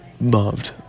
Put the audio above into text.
loved